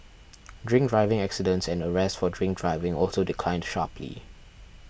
drink driving accidents and arrests for drink driving also declined sharply